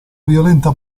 violenta